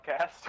Podcast